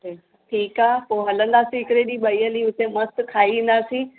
ठीकु ठीकु आहे पोइ हलंदासीं हिकिड़े ॾींहुं ॿई हली हुते मस्तु खाई ईंदासीं